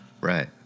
Right